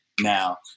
now